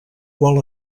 qual